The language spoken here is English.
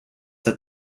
that